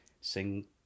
sing